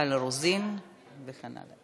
מיכל רוזין וכן הלאה,